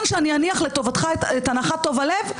שאני אניח לטובתך את הנחת תום הלב,